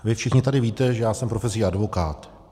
Vy všichni tady víte, že jsem profesí advokát.